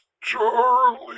Charlie